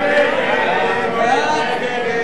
ההסתייגויות של קבוצת סיעת בל"ד